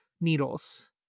needles